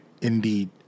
Indeed